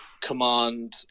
command